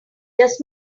does